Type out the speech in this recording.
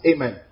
Amen